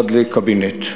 עד לקבינט.